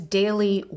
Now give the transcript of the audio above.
daily